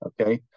Okay